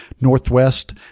Northwest